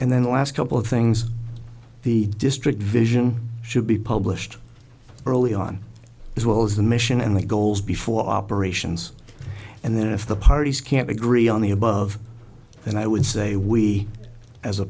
then the last couple of things the district vision should be published early on as well as the mission and the goals before operations and then if the parties can't agree on the above then i would say we as a